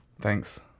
thanks